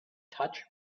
touch